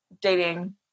dating